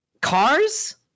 cars